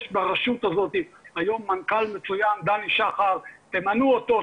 יש ברשות הזאת מנכ"ל מצוין, דני שחר, תמנו אותו,